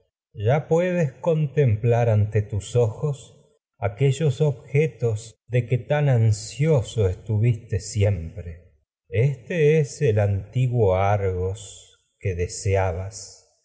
ya puedes contemplar ante tus ojos aquellos objetos de que tan ansioso estuviste siempre este es el antiguo argos que deseabas